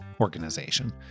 organization